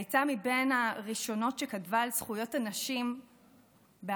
הייתה מהראשונות שכתבה על זכויות הנשים בערבית,